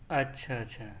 اچھا اچھا